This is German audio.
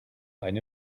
eine